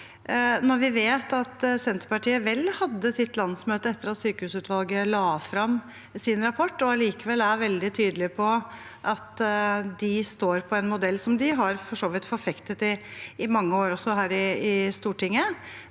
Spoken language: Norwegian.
når vi vet at Senterpartiet vel hadde sitt landsmøte etter at sykehusutvalget la fram sin rapport, og allikevel er veldig tydelige på at de står på en modell som de for så vidt har forfektet i mange år, også her i Stortinget?